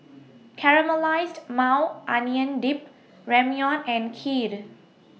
Caramelized Maui Onion Dip Ramyeon and Kheer